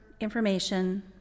information